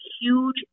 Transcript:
Huge